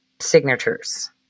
signatures